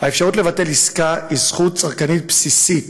האפשרות לבטל עסקה היא זכות צרכנית בסיסית